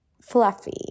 fluffy